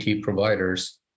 providers